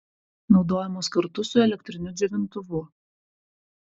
naudojamos kartu su elektriniu džiovintuvu